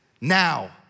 now